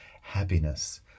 happiness